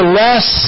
less